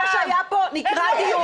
מה שהיה פה נקרא דיון.